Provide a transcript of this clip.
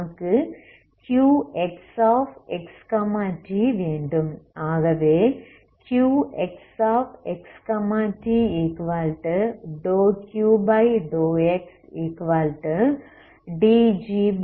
நமக்கு Qxx t வேண்டும்